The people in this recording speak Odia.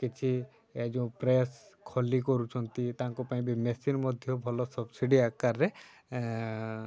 କିଛି ଯେଉଁ ପ୍ରେସ୍ ଖଲି କରୁଛନ୍ତି ତାଙ୍କ ପାଇଁ ବି ମେସିନ୍ ମଧ୍ୟ ଭଲ ସବ୍ସିଡ଼ି ଆକାରରେ